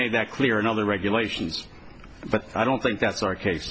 made that clear in other regulations but i don't think that's our case